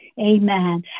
Amen